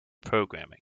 programming